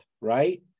right